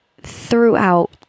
throughout